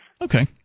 Okay